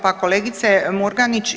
Pa kolegice Murganić.